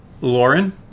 Lauren